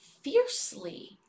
fiercely